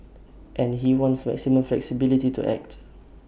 and he wants maximum flexibility to act